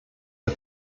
der